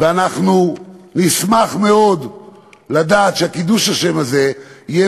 ואנחנו נשמח מאוד לדעת שקידוש השם הזה יהיה